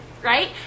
Right